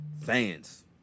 fans